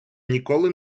ніколи